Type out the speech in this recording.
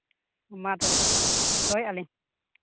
ᱢᱟ ᱛᱚᱵᱮ ᱫᱚᱦᱚᱭᱮᱫᱼᱟᱹᱞᱤᱧ